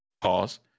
Pause